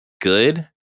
good